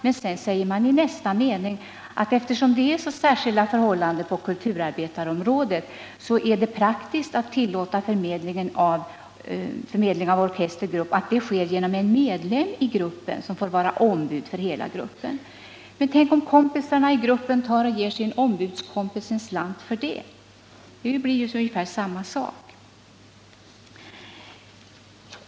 Men sedan säger man i nästa mening att eftersom det är så särskilda förhållanden på kulturarbetarområdet är det praktiskt att tillåta förmedling av orkester eller grupp genom en medlem i gruppen, som får vara ombud för hela gruppen. Men tänk om kompisarna i gruppen ger sin ombudskompis en slant för det! Det blir ju ungefär samma sak.